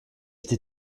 était